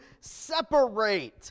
separate